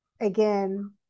again